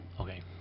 Okay